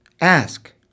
Ask